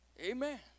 Amen